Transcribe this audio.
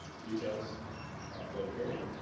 details for the period